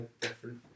different